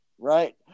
Right